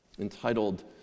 entitled